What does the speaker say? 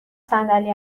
صندلی